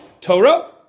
Torah